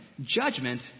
judgment